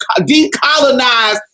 decolonize